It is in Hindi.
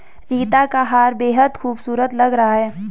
रीता का हार बेहद खूबसूरत लग रहा है